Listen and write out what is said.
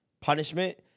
punishment